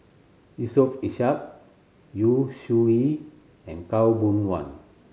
Yusof Ishak Yu Zhuye and Khaw Boon Wan